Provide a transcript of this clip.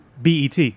BET